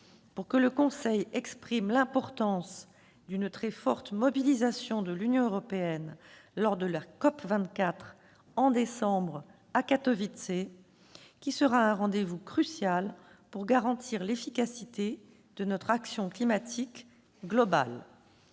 pour que le Conseil européen exprime l'importance d'une très forte mobilisation de l'Union européenne lors de la COP24, à Katowice, au mois de décembre prochain, qui sera un rendez-vous crucial pour garantir l'efficacité de notre action climatique globale.